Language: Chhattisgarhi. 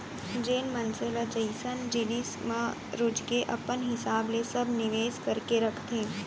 जेन मनसे ल जइसन जिनिस म रुचगे अपन हिसाब ले सब निवेस करके रखथे